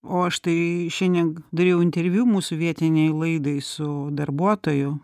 o štai šiandien dariau interviu mūsų vietinei laidai su darbuotoju